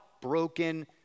broken